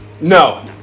No